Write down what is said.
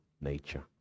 nature